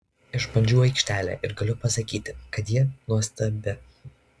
išbandžiau aikštelę ir galiu pasakyti kad ji nuostabi